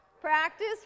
Practice